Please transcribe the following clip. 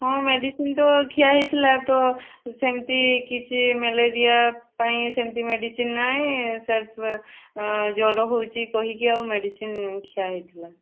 ହଁ ମେଡ଼ିସିନ୍ ତ ଖିଆ ହୋଇଥିଲା ତ ସେମିତି କିଛି ମ୍ୟାଲେରିଆ ପାଇଁ ସେମିତି ମେଡ଼ିସିନ୍ ନାହିଁ ଜ୍ୱର ହେଉଛି କହିକି ଆଉ ମେଡ଼ିସିନ୍ ଖିଆ ହୋଇଥିଲା